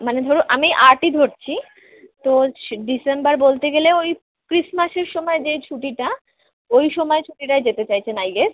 মানে ধরুন আমি আটই ধরছি তো ডিসেম্বর বলতে গেলে ওই ক্রিশমাসের সময় যেই ছুটিটা ওই সময়ের ছুটিটায় যেতে চাইছেন আই গেস